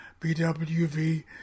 BWV